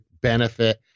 benefit